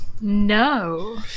no